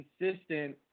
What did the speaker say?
consistent